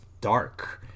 Dark